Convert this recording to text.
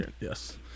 yes